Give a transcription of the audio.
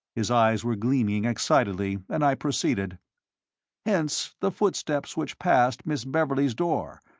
his eyes were gleaming excitedly, and i proceeded hence the footsteps which passed miss beverley's door,